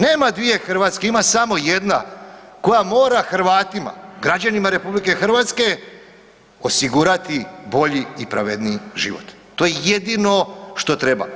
Nema dvije Hrvatske, ima samo jedna koja mora Hrvatima, građanima RH osigurati bolji i pravedniji život, to je jedino što treba.